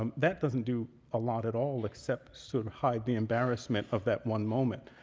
um that doesn't do a lot at all except sort of hide the embarrassment of that one moment.